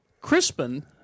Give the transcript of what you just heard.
Crispin